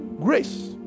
grace